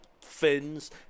fins